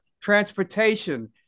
transportation